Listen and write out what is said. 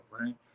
Right